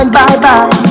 bye-bye